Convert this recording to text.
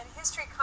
History